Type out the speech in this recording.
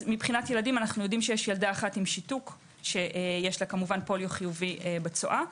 יש ילדה אחת עם שיתוק שיש לה פוליו חיובי בצואה.